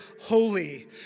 holy